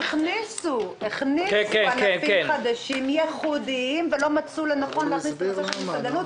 הכניסו ענפים חדשים ייחודיים ולא מצאו לנכון להכניס את נושא המסעדנים?